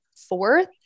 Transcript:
fourth